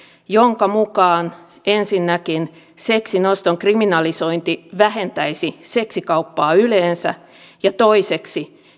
jonka mukaan ensinnäkin seksin oston kriminalisointi vähentäisi seksikauppaa yleensä ja toiseksi